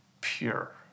pure